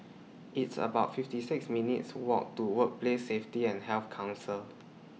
It's about fifty six minutes' Walk to Workplace Safety and Health Council